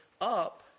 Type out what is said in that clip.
up